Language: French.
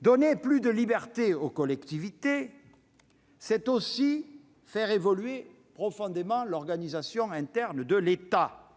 Donner plus de liberté aux collectivités territoriales, c'est aussi faire évoluer profondément l'organisation interne de l'État.